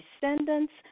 descendants